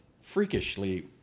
freakishly